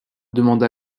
demanda